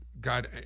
God